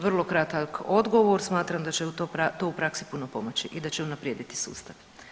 Vrlo kratak odgovor, smatram da će to u praksi puno pomoći i da će unaprijediti sustav.